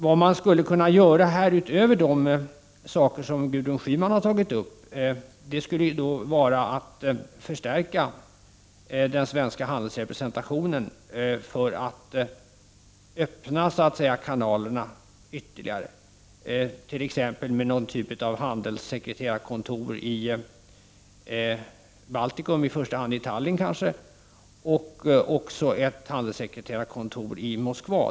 Vad som skulle kunna göras utöver det som Gudrun Schyman har tagit upp är att förstärka den svenska handelsrepresentationen för att öppna kanalerna ytterligare, t.ex. med någon typ av handelssekreterarkontor i Baltikum, i första hand i Tallinn, och i Moskva.